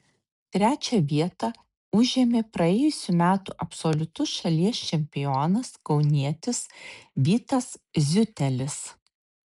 trečią vietą užėmė praėjusių metų absoliutus šalies čempionas kaunietis vytas ziutelis